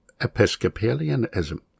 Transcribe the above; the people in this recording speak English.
Episcopalianism